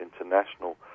International